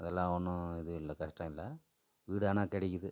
அதெல்லாம் ஒன்றும் இது இல்லை கஷ்டம் இல்லை வீடு ஆனால் கிடைக்குது